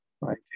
right